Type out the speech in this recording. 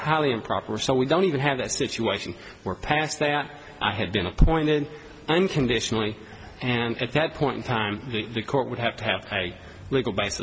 highly improper so we don't even have a situation where past that i had been appointed unconditionally and at that point in time the court would have to have a l